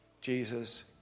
Jesus